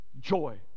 joy